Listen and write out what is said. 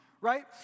right